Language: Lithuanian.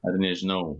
ar nežinau